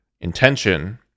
intention